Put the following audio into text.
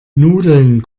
nudeln